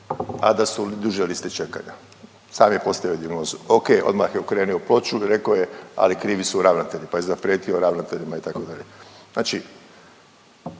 a da su duže liste čekanja. Sam je postavio dijagnozu. Ok, odmah je okrenuo ploču, rekao je ali krivi su ravnatelji pa je zaprijetio ravnateljima itd.